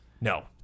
No